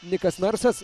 nikas narsas